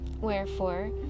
Wherefore